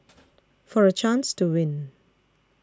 for a chance to win